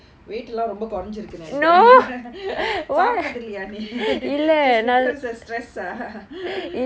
weight ரொம்ப குறைச்சுருக்குனு நினைக்கிறே:romba koraichirukkunu ninakiraen சாப்டுறது இல்லையா நீ:saapdurathu illaiyaa nee just because stress ah